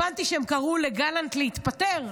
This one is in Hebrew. הבנתי שהם קראו לגלנט להתפטר,